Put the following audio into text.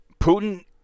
Putin